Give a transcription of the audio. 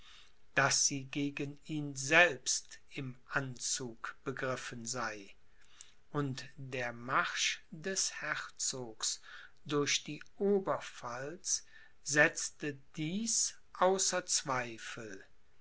daß sie gegen ihn selbst im anzug begriffen sei und der marsch des herzogs durch die oberpfalz setzte dies außer zweifel